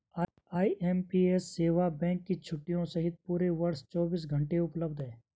IMPS सेवा bank की छुट्टियों सहित पूरे वर्ष चौबीस घंटे उपलब्ध है